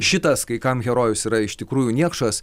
šitas kai kam herojus yra iš tikrųjų niekšas